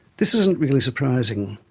this isn't really surprising.